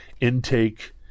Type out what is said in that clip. intake